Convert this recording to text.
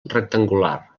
rectangular